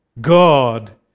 God